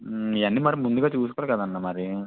ఇవన్నీ మరి ముందుగా చూసుకోవాలి కదా మరి